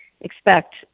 expect